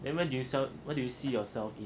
then where do you sell where do you see yourself in